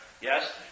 Yes